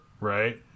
right